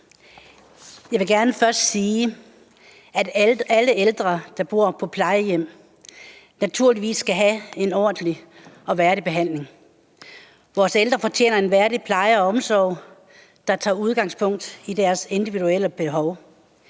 Jeg vil gerne først sige, at alle ældre, der bor på plejehjem, naturligvis skal have en ordentlig og værdig behandling. Vores ældre fortjener en værdig pleje og omsorg, der tager udgangspunkt i deres individuelle behov.